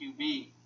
QB